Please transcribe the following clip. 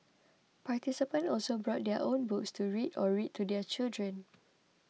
participants also brought their own books to read or read to their children